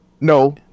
No